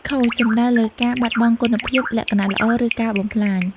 ខូច សំដៅលើការបាត់បង់គុណភាព លក្ខណៈល្អ ឬការបំផ្លាញ។